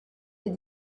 les